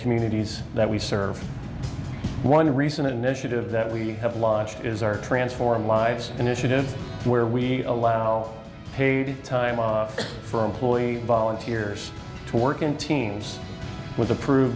communities that we serve one recent initiative that we have launched is our transform lives initiative where we allow paid time off for employee volunteers to work in teams with approved